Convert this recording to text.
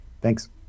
Thanks